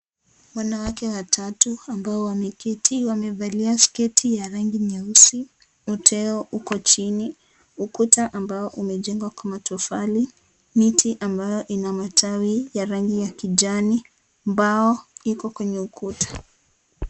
Wanawake watatu ambao wameketi wamevalia sketi ya rangi nyeusi, uteo uko chini, ukuta ambao imejengwa Kwa matofali, miti ambayo ina matawi ya rangi ya kijani, mbao iko kwenye ukuta.